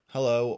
Hello